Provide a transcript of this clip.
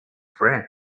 friend